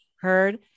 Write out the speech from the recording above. heard